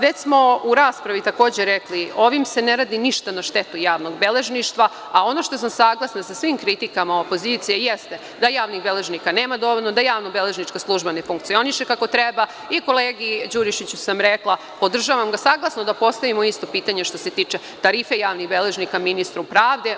Već smo u raspravi takođe rekli, ovim se ne radi ništa na štetu javnog beležništva, a ono što sam saglasna sa svim kritikama opozicije jeste da javnih beležnika nema dovoljno, da javnobeležnička služba ne funkcioniše kako treba i kolegi Đurišiću sam rekla, podržavam ga, saglasno da postavimo isto pitanje što se tiče tarife javnih beležnika ministru pravde.